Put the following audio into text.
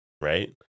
right